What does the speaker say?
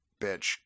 bitch